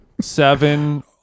seven